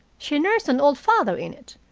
she nursed an old father in it,